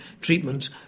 treatment